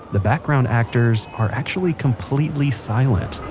the background actors are actually completely silent